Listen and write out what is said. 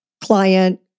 client